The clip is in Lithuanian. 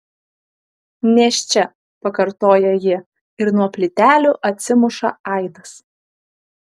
nėščia pakartoja ji ir nuo plytelių atsimuša aidas